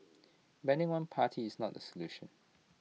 banning one party is not the solution